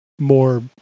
more